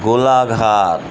Golaghat